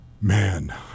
man